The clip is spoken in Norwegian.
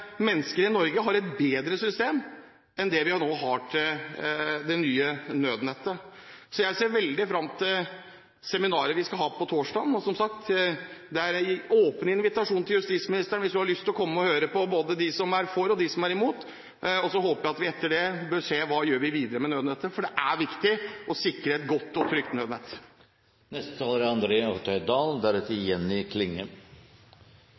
mennesker i Norge har et bedre system enn det vi har nå til det nye nødnettet. Jeg ser veldig fram til seminaret vi skal ha på torsdag. Som sagt er det en åpen invitasjon til justisministeren hvis hun har lyst til å komme og høre på både de som er for og imot. Så håper jeg at vi etter det kan se på hva vi gjør videre med nødnettet, for det er viktig å sikre et godt og trygt nødnett. Det som har vært det mest krevende og problematiske når Stortinget har forsøkt å følge nødnettutbyggingen nøye, er